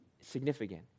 significant